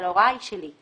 אבל ההוראה היא שלי.